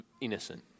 innocent